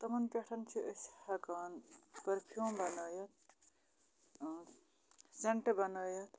تِمَن پٮ۪ٹھ چھِ أسۍ ہٮ۪کان پٔرفیوٗم بنٲیِتھ سینٹ بنٲیِتھ